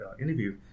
interview